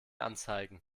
anzeigen